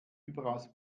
überaus